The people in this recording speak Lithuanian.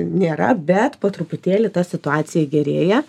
nėra bet po truputėlį ta situacija gerėja